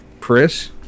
Chris